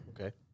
Okay